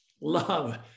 Love